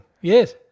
yes